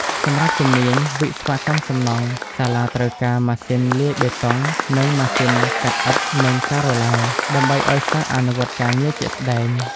សម្រាប់ជំនាញ វិស្វកម្មសំណង់ សាលាត្រូវការ ម៉ាស៊ីនលាយបេតុង និង ម៉ាស៊ីនកាត់ឥដ្ឋនិងការ៉ូឡា ដើម្បីឱ្យសិស្សអនុវត្តការងារជាក់ស្តែង។